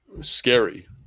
scary